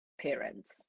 parents